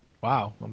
Wow